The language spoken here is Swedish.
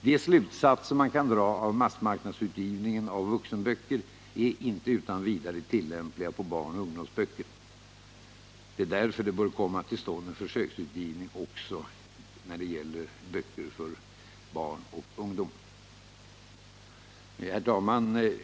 De slutsatser man kan dra av massmarknadsutgivningen av vuxenböcker är inte utan vidare tillämpliga på barnoch ungdomsböcker. Det är därför det bör komma till stånd en försöksutgivning också när det gäller böcker för barn och ungdom. Herr talman!